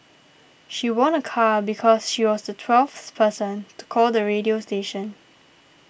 she won a car because she was the twelfth person to call the radio station